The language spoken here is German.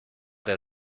der